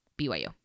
BYU